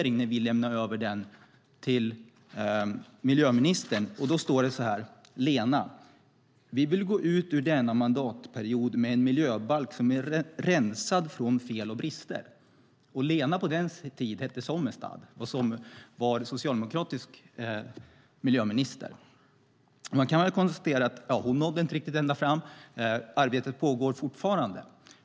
När vi lämnade över den till miljöministern hade jag gjort en liten notering: Lena, vi vill gå ut ur denna mandatperiod med en miljöbalk som är rensad från fel och brister. Lena på den tiden hette i efternamn Sommestad och var socialdemokratisk miljöminister. Man kan väl konstatera att hon inte riktigt nådde ända fram. Arbetet pågår fortfarande.